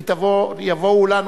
כי יבואו לנו,